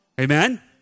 Amen